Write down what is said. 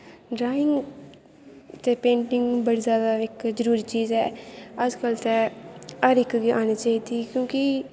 drawing ते painting बड़ी जैदा इक जरूरी चीज ऐ अजकल्ल ते हर इक गी औंनी चाहिदी क्योंकि